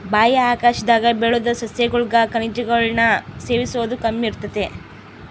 ಬಾಹ್ಯಾಕಾಶದಾಗ ಬೆಳುದ್ ಸಸ್ಯಗುಳಾಗ ಖನಿಜಗುಳ್ನ ಸೇವಿಸೋದು ಕಮ್ಮಿ ಇರ್ತತೆ